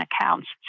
accounts